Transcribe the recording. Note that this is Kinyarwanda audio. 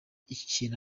ikintu